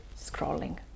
scrolling